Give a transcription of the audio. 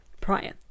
prior